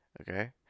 Okay